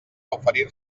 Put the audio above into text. oferir